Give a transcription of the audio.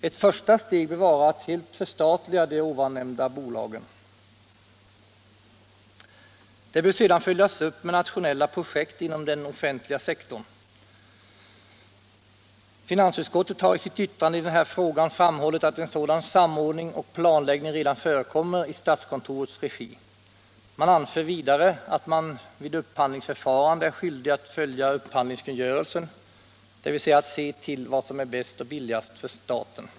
Ett första steg bör vara ett fullständigt förstatligande av de nämnda bolagen. Det bör sedan följas upp med nationella projekt inom den offentliga sektorn. Finansutskottet har i sitt yttrande i den här frågan framhållit att en sådan samordning och planläggning redan förekommer i statskontorets regi. Utskottet anför vidare att man vid upphandlingsförfarande är skyldig att följa upphandlingskungörelsen, dvs. se till vad som är bäst och billigast för staten.